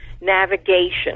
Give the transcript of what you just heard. navigation